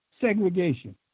segregation